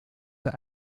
der